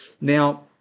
Now